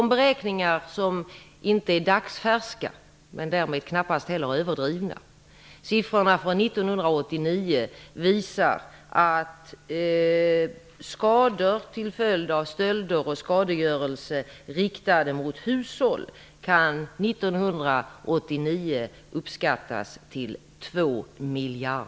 Beräkningar, som inte är dagsfärska men därmed knappast ej heller överdrivna, visar att skador till följd av stölder och skadegörelser riktade mot hushåll uppskattas för år